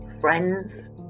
friends